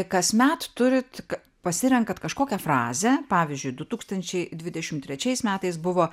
kasmet turit pasirenkat kažkokią frazę pavyzdžiui du tūkstančiai dvidešimt trečiais metais buvo